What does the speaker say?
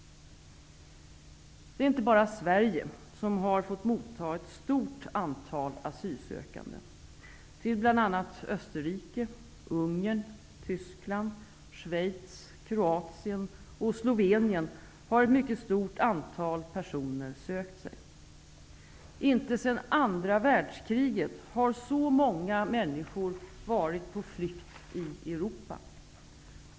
Det är inte bara Sverige som har fått motta ett stort antal asylsökande. Till bl.a. Österrike, Ungern, Tyskland, Schweiz, Kroatien och Slovenien har ett mycket stort antal personer sökt sig. Inte sedan andra världskriget har så många människor varit på flykt i Europa.